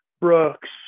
Brooks